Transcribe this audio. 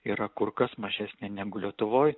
yra kur kas mažesnė negu lietuvoj